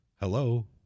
hello